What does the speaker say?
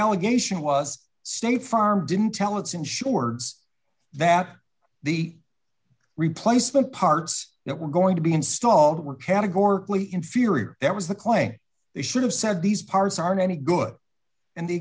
allegation was state farm didn't tell its insureds that the replacement parts that were going to be installed were categorically inferior that was the clay they should have said these parts aren't any good and the